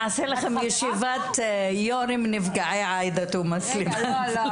נעשה לכם ישיבת יושבי ראש נפגעי עאידה תומא סלימאן.